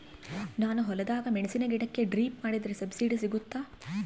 ನಾನು ಹೊಲದಾಗ ಮೆಣಸಿನ ಗಿಡಕ್ಕೆ ಡ್ರಿಪ್ ಮಾಡಿದ್ರೆ ಸಬ್ಸಿಡಿ ಸಿಗುತ್ತಾ?